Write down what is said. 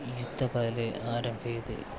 युद्धकाले आरभ्यते